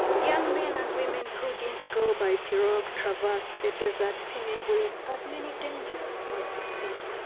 young men and women who didn't go by pirogue traversed the desert teeming with as many dangers as the sea.